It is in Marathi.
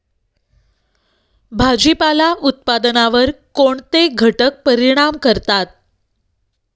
भाजीपाला उत्पादनावर कोणते घटक परिणाम करतात?